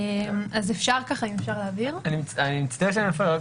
אני מצטער שאני מפריע,